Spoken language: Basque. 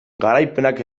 garaipenak